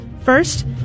First